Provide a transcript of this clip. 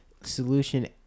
solution